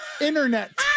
internet